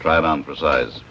try it on for size